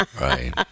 Right